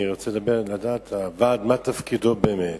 אני רוצה לדעת מה באמת תפקיד הוועד.